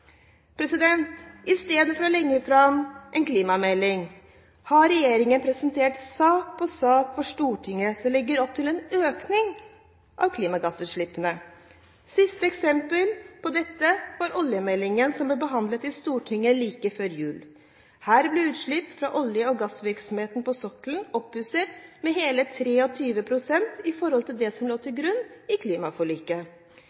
å legge fram en klimamelding har regjeringen presentert sak etter sak for Stortinget som legger opp til økning av klimagassutslippene. Siste eksempel på dette er oljemeldingen som ble behandlet i Stortinget like før jul. Her ble utslippene fra olje- og gassvirksomheten på sokkelen oppjustert med hele 23 pst. i forhold til det som lå til